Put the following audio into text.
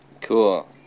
Cool